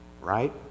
right